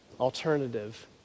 alternative